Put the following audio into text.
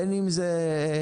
בין אם זה היוצרים,